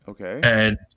Okay